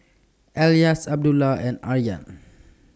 Elyas Abdullah and Aryan